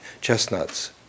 chestnuts